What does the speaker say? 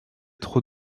trop